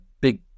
big